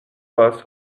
bus